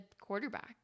quarterback